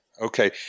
Okay